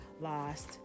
lost